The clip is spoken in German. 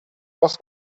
goss